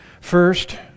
First